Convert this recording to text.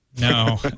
No